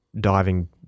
diving